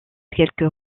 quelques